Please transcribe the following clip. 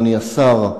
אדוני השר,